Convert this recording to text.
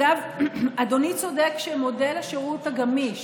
אגב, אדוני צודק שמודל השירות הגמיש,